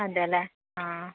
അതെ അല്ലേ ആ